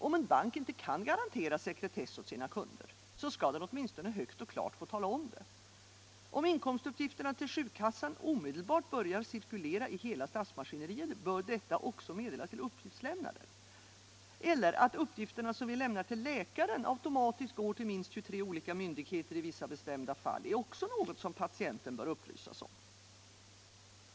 Om en bank inte kan garantera sekretess åt sina kunder, så skall den åtminstone högt och klart tala om det. Om inkomstuppgifterna till sjukkassan omedelbart börjar cirkulera i hela statsmaskineriet, bör detta också meddelas till uppgiftslämnaren. Att uppgifterna som vi lämnar till läkaren automatiskt går till minst 23 olika myndigheter i vissa bestämda fall är också något som patienten bör upplysas om.